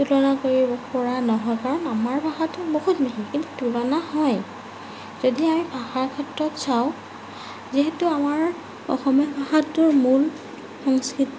তুলনা কৰিব পৰা নহয় কাৰণ আমাৰ ভাষাটো কিন্তু তুলনা হয় যদি আমি ভাষাৰ ক্ষেত্ৰত চাওঁ যিহেতু আমাৰ অসমীয়া ভাষাটোৰ মূল সংস্কৃত